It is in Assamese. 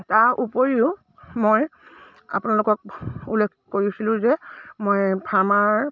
তাৰ উপৰিও মই আপোনালোকক উল্লেখ কৰিছিলোঁ যে মই ফাৰ্মাৰ